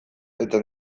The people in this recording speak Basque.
eta